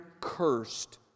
cursed